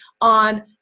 on